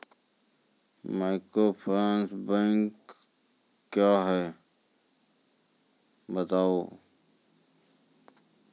Microfinance bank क्या हैं?